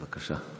בבקשה.